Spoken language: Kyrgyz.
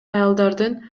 аялдардын